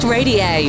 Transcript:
Radio